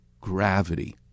gravity